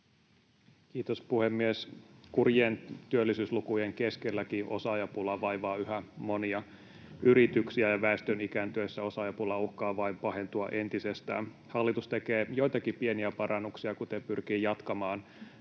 Kiitos, puhemies! Kurjien työllisyyslukujen keskelläkin osaajapula vaivaa yhä monia yrityksiä, ja väestön ikääntyessä osaajapula uhkaa vain pahentua entisestään. Hallitus tekee joitakin pieniä parannuksia, kuten pyrkii jatkamaan